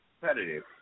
competitive